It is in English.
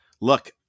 Look